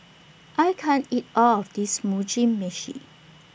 I can't eat All of This Mugi Meshi